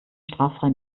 straffrei